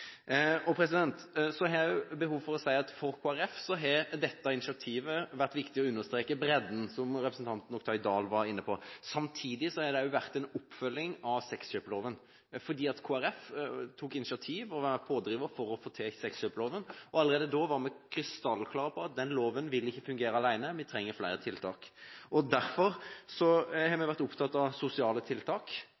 Så har jeg behov for å si at for Kristelig Folkeparti har det med dette initiativet vært viktig å understreke bredden, som representanten Oktay Dahl var inne på. Samtidig har det også vært en oppfølging av sexkjøploven, fordi Kristelig Folkeparti tok initiativ til og var en pådriver for å få til sexkjøploven. Allerede da var vi krystallklare på at den loven ikke vil fungere alene, vi trenger flere tiltak. Derfor har vi